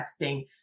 texting